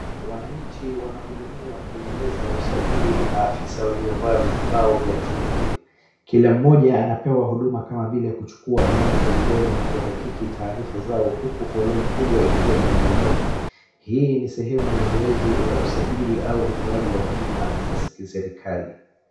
Wananchi wanahudumiwa kwenye meza ya usajili na maafisa waliovaa vizibao vya reflecting , kila mmoja anapewa huduma kama vile kuchukua alama za vidole na ku hakiki taarifa zao huku foleni kubwa ikiwa nyuma yao, hii ni sehemu ya zoezi la usajili au utoaji huduma za kiserikali.